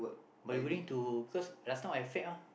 but you going to because last time I fat mah